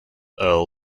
earl